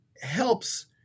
helps